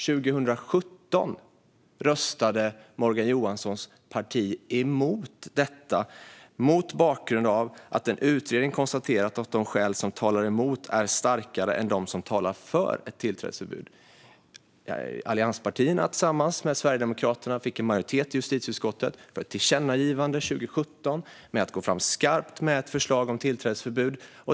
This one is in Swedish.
År 2017 röstade Morgan Johanssons parti emot detta mot bakgrund av att en utredning hade konstaterat att de skäl som talade emot tillträdesförbud var starkare än de skäl som talade för. Allianspartierna fick tillsammans med Sverigedemokraterna en majoritet i justitieutskottet för ett tillkännagivande 2017 om att gå fram skarpt med ett förslag om tillträdesförbud.